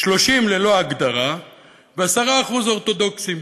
30% ללא הגדרה ו-10% אורתודוקסים.